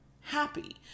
happy